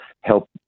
help